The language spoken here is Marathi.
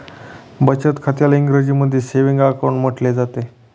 बचत खात्याला इंग्रजीमध्ये सेविंग अकाउंट म्हटलं जातं